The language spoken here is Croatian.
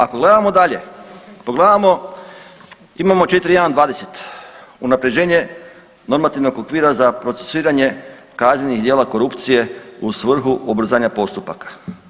Ako gledamo dalje, pogledamo imamo 4.1.20. unapređenje normativnog okvira za procesuiranje kaznenih djela korupcije u svrhu ubrzanja postupaka.